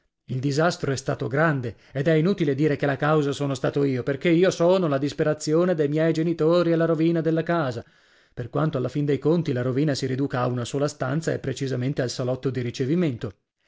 il disastro è stato grande ed è inutile dire che la causa sono stato io perché io sono la disperazione dei miei genitori e la rovina della casa per quanto alla fin dei conti la rovina si riduca a una sola stanza e precisamente al salotto di ricevimento